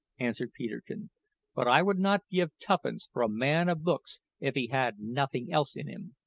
answered peterkin but i would not give tuppence for a man of books if he had nothing else in him.